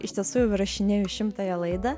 iš tiesų jau įrašinėju šimtąją laidą